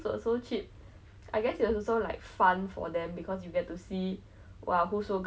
like err my friends last year they went for a school trip for like this